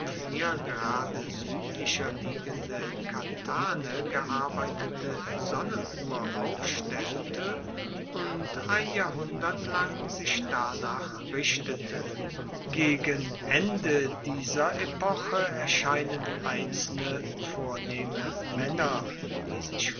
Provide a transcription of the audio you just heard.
vier grade suedlicher liegende katane gearbeitete sonnenuhr aufstellte und ein jahrhundert lang sich danach richtete gegen ende dieser epoche erscheinen einzelne vornehme maenner die sich